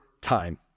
time